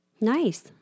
Nice